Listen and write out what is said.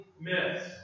myths